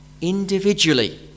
Individually